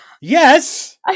yes